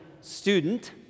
student